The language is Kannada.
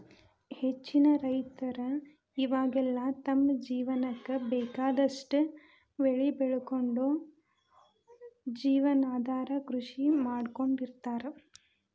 ಹೆಚ್ಚಿನ ರೈತರ ಇವಾಗೆಲ್ಲ ತಮ್ಮ ಜೇವನಕ್ಕ ಬೇಕಾದಷ್ಟ್ ಬೆಳಿ ಬೆಳಕೊಂಡು ಜೇವನಾಧಾರ ಕೃಷಿ ಮಾಡ್ಕೊಂಡ್ ಇರ್ತಾರ